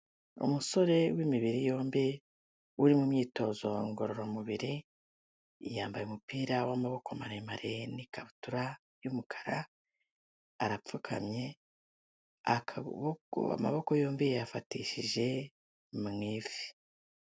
Umusore w'imibiri yombi, uri mu myitozo ngororamubiri, yambaye umupira w'amaboko maremare n'ikabutura y'umukara, arapfukamye, akaboko amaboko yombi yayafatishije mu ivi.